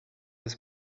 was